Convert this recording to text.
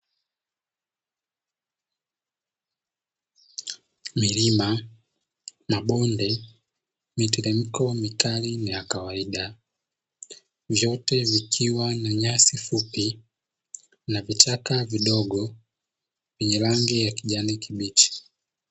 Milima, mabonde, miteremko mikali na ya kawaida vyote vikiwa na nyasi fupi na vichaka vidogo vyenye rangi ya kijani kibichi.